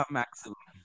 maximum